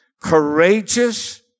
courageous